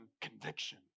conviction